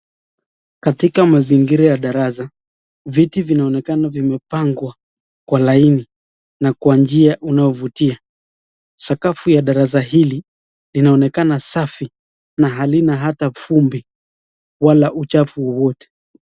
Katika mazingira ya darasa, viti vinaonekana vimepangwa kwa laini na kwa njia ambayo imevutia. Sakafu ya darasa hili inaonekana safi na halina hata vumbi wala uchafu wowote.